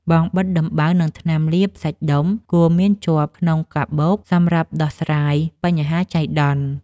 បង់បិទដំបៅ និងថ្នាំលាបសាច់ដុំ គួរមានជាប់ក្នុងកាបូបសម្រាប់ដោះស្រាយបញ្ហាចៃដន្យ។